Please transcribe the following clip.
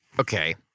Okay